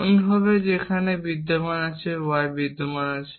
অনুরূপভাবে সেখানে y বিদ্যমান আছে